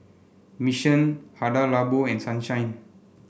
Mission Hada Labo and Sunshine